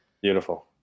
Beautiful